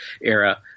era